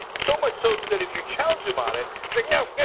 so much so that if you challenge him on it, he's like no, no,